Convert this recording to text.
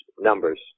numbers